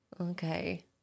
Okay